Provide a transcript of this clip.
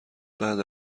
بعد